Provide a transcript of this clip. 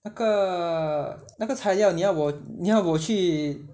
那个那个材料你要我你要我去